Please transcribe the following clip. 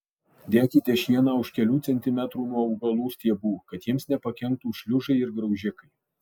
dėkite šieną už kelių centimetrų nuo augalų stiebų kad jiems nepakenktų šliužai ir graužikai